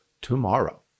tomorrow